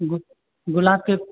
गु गुलाबके